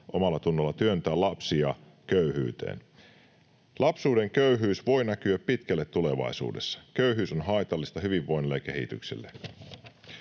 omallatunnolla työntää lapsia köyhyyteen? Lapsuuden köyhyys voi näkyä pitkälle tulevaisuudessa. Köyhyys on haitallista hyvinvoinnille ja kehitykselle.